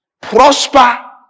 prosper